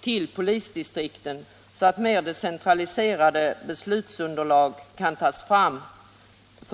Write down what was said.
till polisdistrikten, så att mer decentraliserade beslutsunderlag kan tas fram.